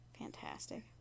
Fantastic